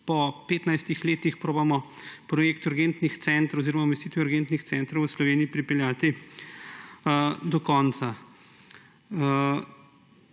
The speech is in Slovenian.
po 15 letih poskusimo projekt urgentnih centrov oziroma umestitve urgentnih centrov v Sloveniji pripeljati do konca.